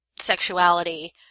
sexuality